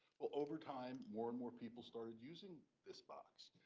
over time, more and more people started using this box.